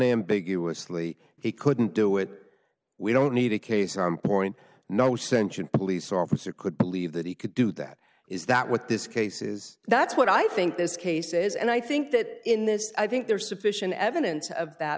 ambiguously he couldn't do it we don't need a case on point no sentient police officer could believe that he could do that is that what this case is that's what i think this case is and i think that in this i think there's sufficient evidence of that